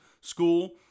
school